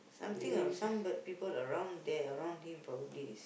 something of some bad people around there around him probably is